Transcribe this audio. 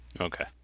Okay